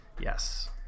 Yes